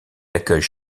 accueille